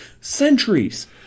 centuries